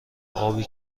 آبی